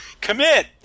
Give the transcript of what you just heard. Commit